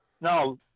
Now